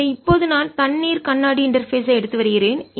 எனவே இப்போது நான் தண்ணீர் கண்ணாடி இன்டர்பேஸ் ஐ இடைமுகத்தை எடுத்து வருகிறேன்